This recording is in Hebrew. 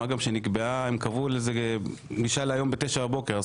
מה גם שהם קבעו ישיבה להיום בתשע בבוקר,